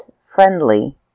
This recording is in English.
friendly